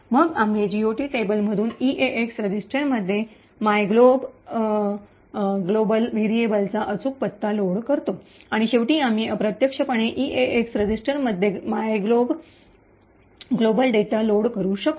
मग आम्ही जीओटी टेबलमधून ईएएक्स रजिस्टरमध्ये मायग्लोब ग्लोबल व्हेरिएबलचा अचूक पत्ता लोड करतो आणि शेवटी आम्ही अप्रत्यक्षपणे ईएएक्स रजिस्टरमध्ये मायग्लोब ग्लोबल डेटा लोड करू शकतो